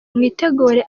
mwitegure